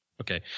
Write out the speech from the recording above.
Okay